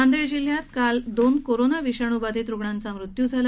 नांदेड जिल्ह्यात काल दोन कोरोना विषाणू बाधित रुग्णांचा मृत्यू झाला